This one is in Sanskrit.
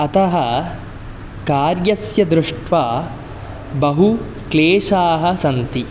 अतः कार्यस्य दृष्ट्वा बहु क्लेशाः सन्ति